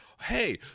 hey